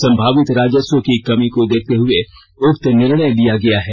संभावित राजस्व की कमी को देखते हुए उक्त निर्णय लिया गया है